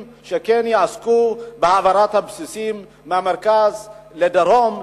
שכן יעסקו בהעברת הבסיסים מהמרכז לדרום,